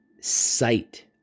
Sight